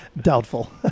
Doubtful